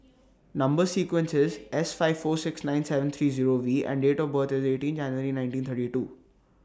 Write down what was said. Number sequence IS S five four six nine seven three Zero V and Date of birth IS eighteen January nineteen thirty two